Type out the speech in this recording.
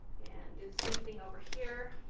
and do the same thing over here.